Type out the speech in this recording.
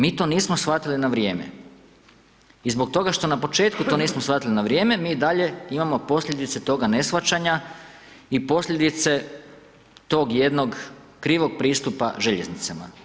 Mi to nismo shvatili na vrijeme i zbog toga što na početku to nismo shvatili na vrijeme, mi dalje imamo posljedice toga neshvaćanja i posljedice tog jednog krivog pristupa željeznicama.